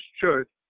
church